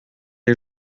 les